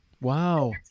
Wow